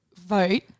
vote